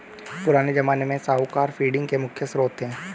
पुराने ज़माने में साहूकार फंडिंग के मुख्य श्रोत थे